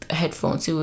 headphones